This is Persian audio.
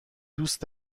دوست